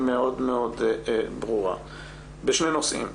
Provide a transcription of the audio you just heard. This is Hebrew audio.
מאוד מאוד ברורה והיא בשני נושאים,